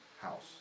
house